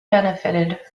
benefited